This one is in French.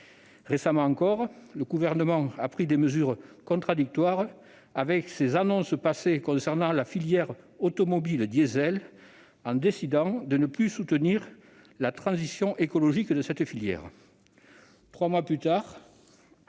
Récemment encore, le Gouvernement a pris des mesures contradictoires avec ses annonces passées concernant la filière automobile diesel, en décidant ne plus soutenir la transition écologique de cette filière.